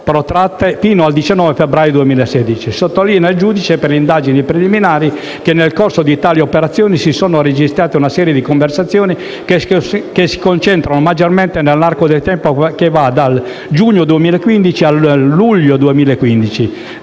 protratte sino al 19 febbraio 2016. Sottolinea il giudice per le indagini preliminari che, nel corso di tali operazioni, «si sono registrate una serie di conversazioni, che si concentrano maggiormente nell'arco di tempo che va dal mese di giugno 2015